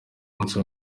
munsi